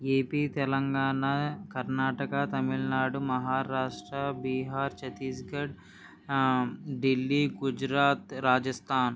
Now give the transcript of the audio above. AP Telangana Karnataka Tamil Nadu Maharashtra Bihar Chhattisgarh Delhi Gujarat Rajasthan